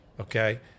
okay